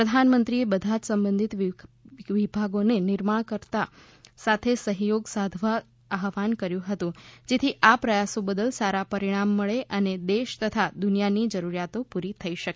પ્રધાનમંત્રીએ બધા જ સંબંધિત વિભાગોને નિર્માણકર્તા સાથે સહયોગ સાધવા આહવાન કર્યું હતું જેથી આ પ્રયાસો બદલ સારા પરિણામ મળે અને દેશ તથા દુનિયાની જરૂરતો પૂરી થઈ શકે